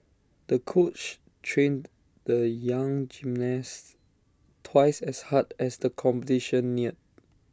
the coach trained the young gymnast twice as hard as the competition neared